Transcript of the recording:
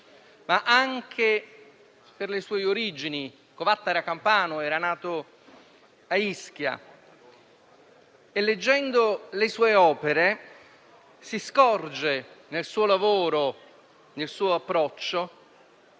ma anche per le sue origini. Covatta era campano, era nato a Ischia, e leggendo le sue opere si scorge nel suo lavoro, nel suo approccio,